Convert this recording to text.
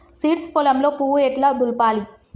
Seeds పొలంలో పువ్వు ఎట్లా దులపాలి?